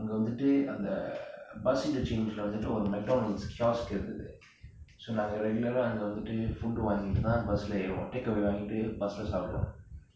அங்க வந்துட்டு அந்த:anga vanthuttu antha bus interchange வந்துட்டு ஒறு:vanthuttu oru mcdonald's kiosk இருந்தது:irunthathu so நாங்க:naanga regular அங்க வந்துட்டு:anga vanthuttu food வாங்கிட்டு தான்:vaangittu thaan bus ஏருவோம்:yeruvom takeaway வாங்கிட்டு:vaangittu bus சாப்பிடுவோம்:saapduvom